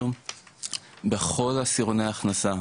בכל עשרוני הכנסה,